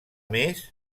més